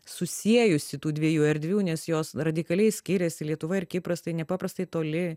susiejusi tų dviejų erdvių nes jos radikaliai skiriasi lietuva ir kipras tai nepaprastai toli